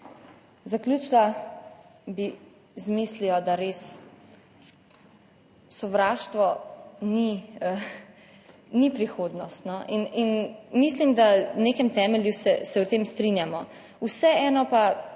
Zaključila bi z mislijo, da res sovraštvo ni prihodnost. In mislim, da v nekem temelju se o tem strinjamo. Vseeno pa